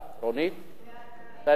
רונית, בסדר?